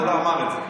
והוא לא אמר את זה.